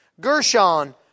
Gershon